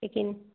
लेकिन